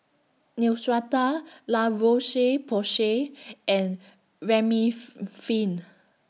Neostrata La Roche Porsay and Remifemin